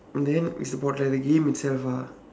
and then is about the the game itself ah